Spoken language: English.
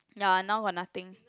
ya now got nothing